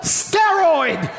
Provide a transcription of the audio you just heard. steroid